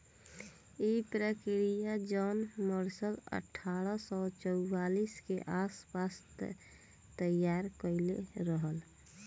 इ प्रक्रिया John Mercer अठारह सौ चौवालीस के आस पास तईयार कईले रहल